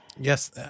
Yes